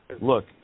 look